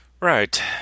Right